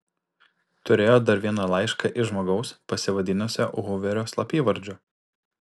turėjo dar vieną laišką iš žmogaus pasivadinusio huverio slapyvardžiu